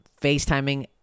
FaceTiming